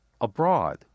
abroad